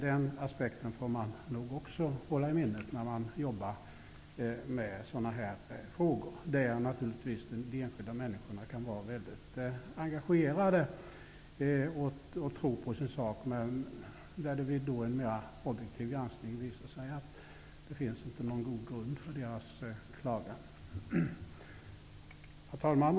Den aspekten får man nog också hålla i minnet när man jobbar med sådana här frågor, där de enskilda människorna naturligtvis kan vara väldigt engagerade och tro på sin sak, men där det vid en mera objektiv granskning visar sig att det inte finns någon god grund för deras klagan. Herr talman!